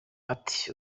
ati